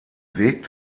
weg